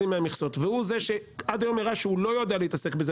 מהמכסות והוא זה שעד היום הראה שהוא לא יודע להתעסק עם זה